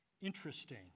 Interesting